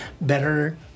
better